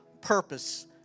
purpose